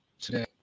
today